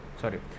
Sorry